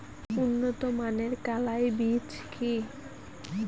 উন্নত মানের কলাই বীজ কি?